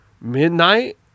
midnight